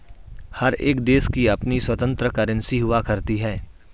हर एक देश की अपनी स्वतन्त्र करेंसी हुआ करती है